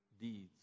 deeds